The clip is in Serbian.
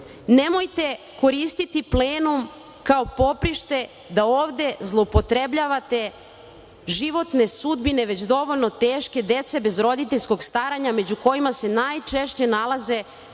nemojte koristiti plenum kao poprište, da ovde zloupotrebljavate životne sudbine, već dovoljno teške dece bez roditeljskog stara među kojima se najčešće nalaze